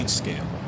scale